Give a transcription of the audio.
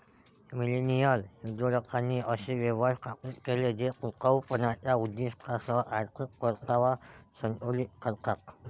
millennial उद्योजकांनी असे व्यवसाय स्थापित केले जे टिकाऊपणाच्या उद्दीष्टांसह आर्थिक परतावा संतुलित करतात